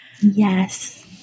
Yes